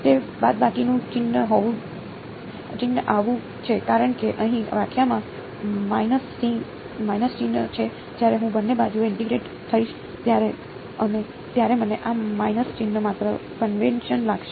તે બાદબાકીનું ચિહ્ન આવ્યું છે કારણ કે અહીં વ્યાખ્યામાં માઈનસ ચિહ્ન છે જ્યારે હું બંને બાજુએ ઇન્ટીગ્રેટ થઈશ ત્યારે મને આ માઈનસ ચિહ્ન માત્ર કન્વેન્શન લાગશે